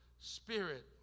spirit